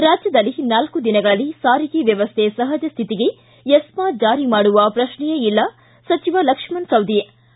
ಿ ರಾಜ್ಯದಲ್ಲಿ ನಾಲ್ಕು ದಿನಗಳಲ್ಲಿ ಸಾರಿಗೆ ವ್ಯವಸ್ಥೆ ಸಹಜ ಸ್ವಿತಿಗೆ ಎಸ್ಮಾ ಜಾರಿ ಮಾಡುವ ಪ್ರಕ್ಷೆಯೇ ಇಲ್ಲಿ ಸಚಿವ ಲಕ್ಷ್ಮಣ ಸವದಿ ಸ್ಪಷ್ಟನೆ